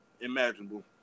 imaginable